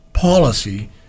Policy